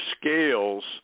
scales